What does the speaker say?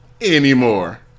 Anymore